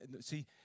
see